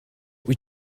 wyt